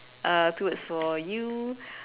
uh two words for you